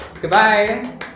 Goodbye